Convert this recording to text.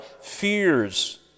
fears